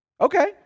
Okay